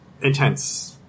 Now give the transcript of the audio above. intense